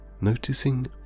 noticing